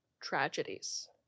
tragedies